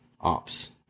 Ops